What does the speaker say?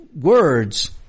words –